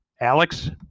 Alex